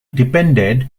depended